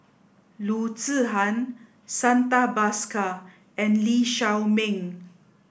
Loo Zihan Santha Bhaskar and Lee Shao Meng